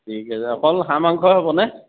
ঠিক আছে অকল হাঁহ মাংস হ'বনে